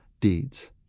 deeds